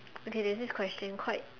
okay there's this question quite